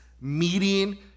meeting